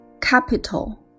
capital